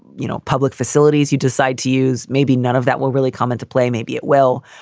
you know, public facilities you decide to use. maybe none of that will really come into play. maybe it will.